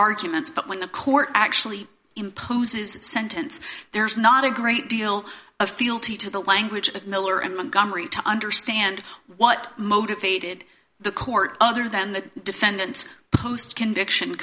arguments but when the court actually imposes sentence there's not a great deal of fealty to the language of miller and montgomery to understand what motivated the court other than the defendant post conviction